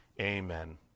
amen